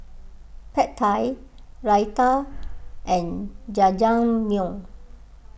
Pad Thai Raita and Jajangmyeon